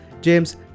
James